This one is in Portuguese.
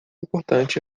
importante